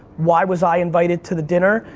why was i invited to the dinner?